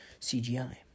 CGI